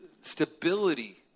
stability